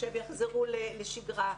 שהם יחזרו לשגרה,